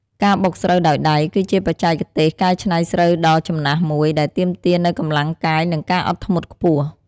ការបុកស្រូវដោយដៃ គឺជាបច្ចេកទេសកែច្នៃស្រូវដ៏ចំណាស់មួយដែលទាមទារនូវកម្លាំងកាយ និងការអត់ធ្មត់ខ្ពស់។